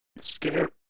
scared